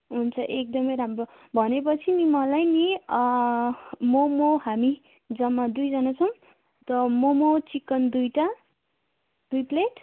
हुन्छ एकदमै राम्रो भनेपछि नि मलाई नि मोमो हामी जम्मा दुईजना छौँ अन्त मोमो चिकन दुइटा दुई प्लेट